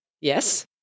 yes